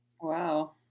wow